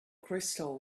crystal